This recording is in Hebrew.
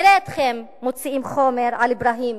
נראה אתכם מוציאים חומר על אברהים,